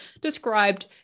described